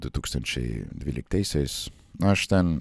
du tūkstančiai dvyliktaisiais na aš ten